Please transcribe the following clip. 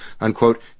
unquote